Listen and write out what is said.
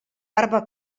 barba